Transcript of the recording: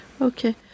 Okay